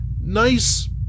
nice